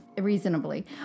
reasonably